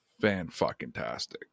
Fan-fucking-tastic